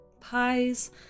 Pies